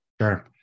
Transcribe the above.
Sure